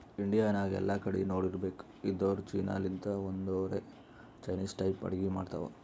India ನಾಗ್ ಎಲ್ಲಾ ಕಡಿ ನೋಡಿರ್ಬೇಕ್ ಇದ್ದೂರ್ ಚೀನಾ ಲಿಂತ್ ಬಂದೊರೆ ಚೈನಿಸ್ ಟೈಪ್ ಅಡ್ಗಿ ಮಾಡ್ತಾವ್